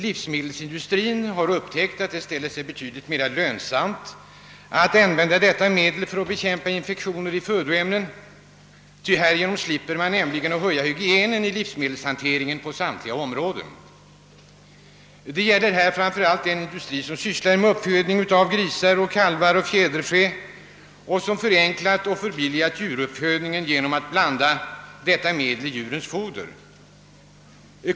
Livsmedelsindustrien har också upptäckt att det ställer sig betydligt mera lönsamt att använda dessa medel för att bekämpa infektioner hos djur som sedan skall bli födoämnen. Härigenom slipper man nämligen att höja hygienen i livsmedelshanteringen på samtliga områden. Här gäller det framför allt den industri som sysslar med uppfödning av bl.a. grisar, kalvar och fjäderfä och som förenklat och förbilligat djuruppfödningen genom att blanda antibiotika i djurens foder.